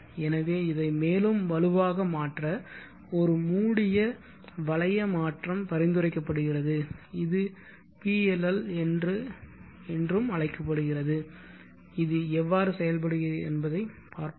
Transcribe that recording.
எனவே இதை மேலும் வலுவாக மாற்ற ஒரு மூடிய வளைய மாற்றம் பரிந்துரைக்கப்படுகிறது இது PLL என்றும் அழைக்கப்படுகிறது இது எவ்வாறு செயல்படுகிறது என்பதைப் பார்ப்போம்